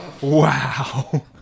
Wow